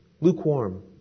Lukewarm